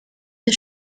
the